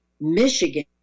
Michigan